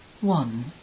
One